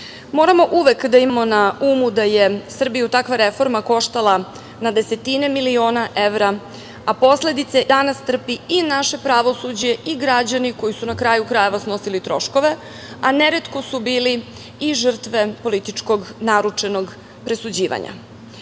Moramo uvek da imamo na umu da je Srbiju takva reforma koštala na desetine miliona evra, a posledice i danas trpi i naše pravosuđe i naši građani, koji su, na kraju krajeva, snosili troškove, a neretko su bili i žrtve političkog naručenog presuđivanja. Na